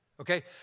Okay